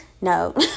No